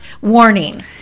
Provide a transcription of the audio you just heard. warning